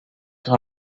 sur